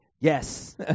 Yes